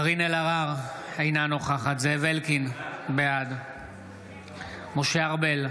קארין אלהרר, אינה נוכחת זאב אלקין, בעד משה ארבל,